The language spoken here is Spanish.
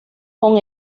con